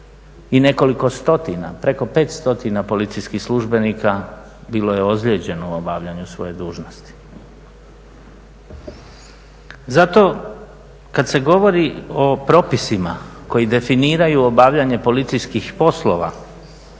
i nekoliko stotina, preko 5 stotina policijskih službenika bilo je ozlijeđeno u obavljanju svoje dužnosti. Zato kada se govori o propisima koji definiraju obavljanje policijskih poslova